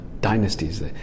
dynasties